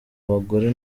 abagore